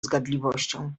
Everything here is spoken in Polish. zgadliwością